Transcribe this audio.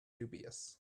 dubious